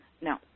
No